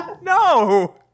No